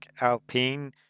Alpine